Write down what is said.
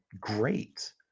great